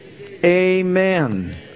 amen